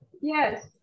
Yes